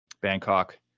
Bangkok